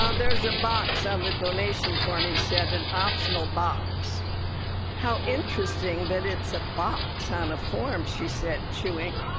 um there's a box on the donation form he said. an optional box how interesting that it's a box on a form she said, chewing.